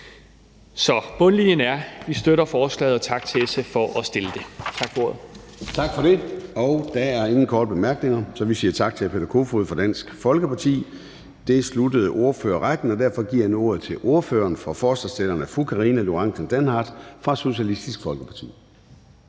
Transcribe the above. Så bundlinjen er: Vi støtter forslaget, og tak til SF for at fremsætte det. Tak for ordet. Kl. 18:46 Formanden (Søren Gade): Tak for det. Der er ingen korte bemærkninger, så vi siger tak til hr. Peter Kofod fra Dansk Folkeparti. Det sluttede ordførerrækken, og derfor giver jeg ordet til ordføreren for forslagsstillerne, fru Karina Lorentzen Dehnhardt fra Socialistisk Folkeparti.